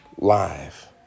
Live